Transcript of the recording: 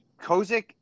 Kozik